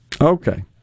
Okay